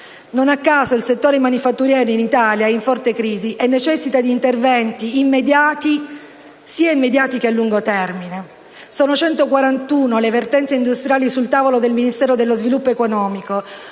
Non a caso il settore manifatturiero in Italia è in forte crisi e necessita di interventi sia immediati che a lungo termine. Sono 141 le vertenze industriali sul tavolo del Ministero dello sviluppo economico: